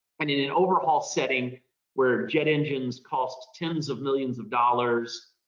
and in an overhaul setting where jet engines cost ten s of millions of dollars.